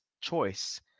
choice